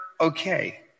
okay